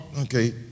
okay